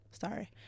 Sorry